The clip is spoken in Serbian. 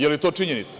Je li to činjenica?